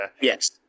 Yes